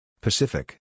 Pacific